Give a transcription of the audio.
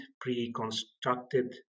pre-constructed